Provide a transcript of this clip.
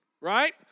right